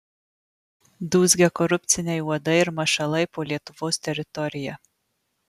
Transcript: dūzgia korupciniai uodai ir mašalai po lietuvos teritoriją